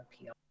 appeal